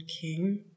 King